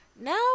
now